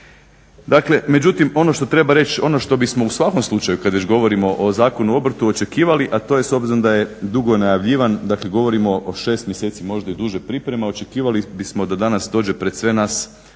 sektoru. Međutim ono što treba reći, ono što bismo u svakom slučaju kad već govorimo o Zakonu o obrtu očekivali, a to je s obzirom da je dugo najavljivan, dakle govorimo o 6 mjeseci, možda i duže priprema, očekivali bismo da danas dođe pred sve nas